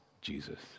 Jesus